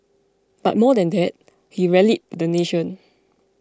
but more than that he rallied the nation